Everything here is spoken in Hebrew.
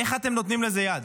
איך אתם נותנים לזה יד?